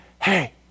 hey